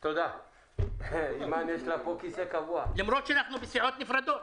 וזו בעיני אחת התוצאות המעוותות לפרשנות של הסעיף המסמיך.